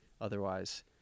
otherwise